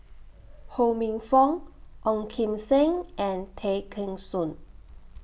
Ho Minfong Ong Kim Seng and Tay Kheng Soon